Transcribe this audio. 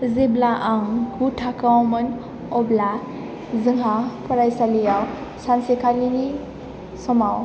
जेब्ला आं गु थाखोयावमोन अब्ला जोंहा फरायसालियाव सानसेखालिनि समाव